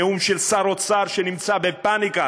נאום של שר אוצר שנמצא בפניקה